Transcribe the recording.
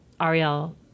Ariel